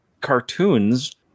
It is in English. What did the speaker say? cartoons